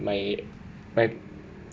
my my